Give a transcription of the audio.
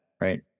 Right